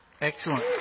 Excellent